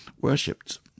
worshipped